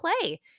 play